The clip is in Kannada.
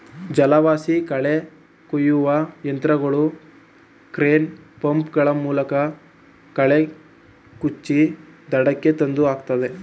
ಜಲವಾಸಿ ಕಳೆ ಕುಯ್ಯುವ ಯಂತ್ರಗಳು ಕ್ರೇನ್, ಪಂಪ್ ಗಳ ಮೂಲಕ ಕಳೆ ಕುಚ್ಚಿ ದಡಕ್ಕೆ ತಂದು ಹಾಕುತ್ತದೆ